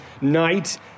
night